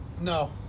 No